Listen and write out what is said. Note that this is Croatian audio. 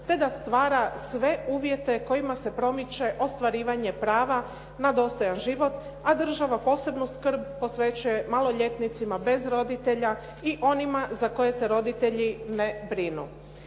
te da stvara sve uvjete kojima se promiče ostvarivanje prava na dostojan život, a država posebnu skrb posvećuje maloljetnicima bez roditelja i onima za koje se roditelji ne brinu.